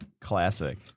Classic